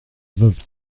veuve